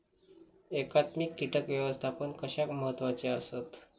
एकात्मिक कीटक व्यवस्थापन कशाक महत्वाचे आसत?